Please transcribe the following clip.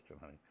honey